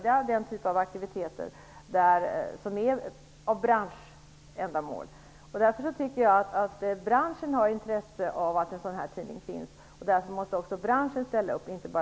Jag tror att det hade gett det bästa resultatet, trots aldrig så fromma förhoppningar.